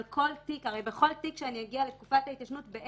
הרי בכל תיק שאני אגיע לתקופת ההתיישנות אני